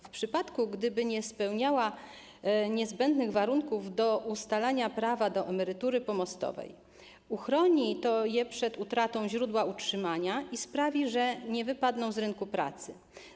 W przypadku, gdyby nie spełniała niezbędnych warunków do ustalania prawa do emerytury pomostowej, uchroni to je przez utratą źródła utrzymania i sprawi, że nie wypadną z rynku pracy.